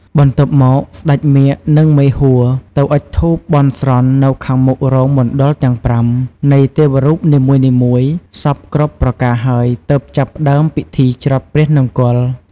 បន្ទាប់មក ស្ដេចមាឃ និង មេហួរ ទៅអុចធូបបន់ស្រន់ នៅខាងមុខរោងមណ្ឌលទាំង៥ នៃទេវរូបនីមួយៗ សព្វគ្រប់ប្រការហើយទើបចាប់ផ្ដើមពីធីច្រត់ព្រះនង្គ័ល។